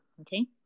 okay